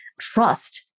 trust